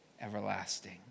everlasting